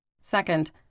Second